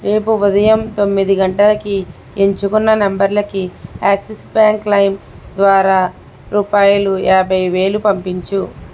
రేపు ఉదయం తొమ్మిది గంటలకి ఎంచుకున్న నంబర్లకి యాక్సిస్ బ్యాంక్ లైమ్ ద్వారా రూపాయలు యాబై వేల పంపించు